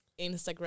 Instagram